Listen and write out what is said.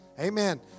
Amen